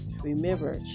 Remember